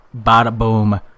bada-boom